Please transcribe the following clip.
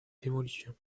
démolition